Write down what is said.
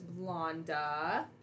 Blonda